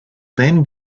then